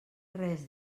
res